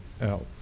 else